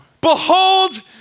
Behold